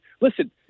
Listen